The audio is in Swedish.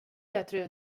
bättre